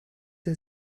der